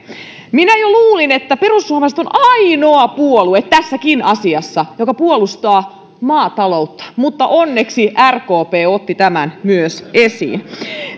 minä jo luulin että perussuomalaiset on ainoa puolue tässäkin asiassa joka puolustaa maataloutta mutta onneksi myös rkp otti tämän esiin